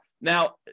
Now